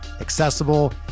accessible